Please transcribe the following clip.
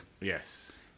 Yes